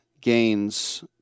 gains